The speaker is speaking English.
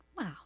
Wow